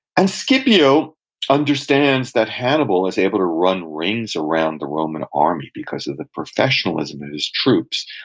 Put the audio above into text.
and scipio understands that hannibal is able to run ring around the roman army because of the professionalism of his troops,